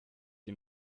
ihn